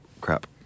crap